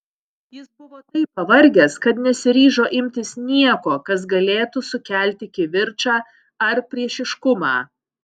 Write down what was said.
jis buvo taip pavargęs kad nesiryžo imtis nieko kas galėtų sukelti kivirčą ar priešiškumą